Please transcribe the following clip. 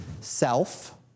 self